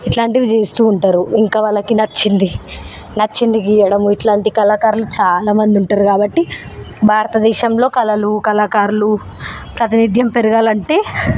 ఇట్లాంటివి చేస్తూ ఉంటారు ఇంకా వాళ్లకి నచ్చింది నచ్చింది గీయడము ఇట్లాంటి కళాకారులు చాలా మంది ఉంటారు కాబట్టి భారతదేశంలో కళలు కళాకారులు ప్రాతినిధ్యం పెరగాలంటే